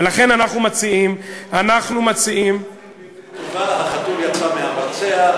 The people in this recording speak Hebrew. ולכן אנחנו מציעים, החתול יצא מהמרצע.